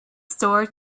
store